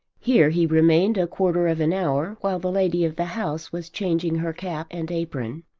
here he remained a quarter of an hour while the lady of the house was changing her cap and apron,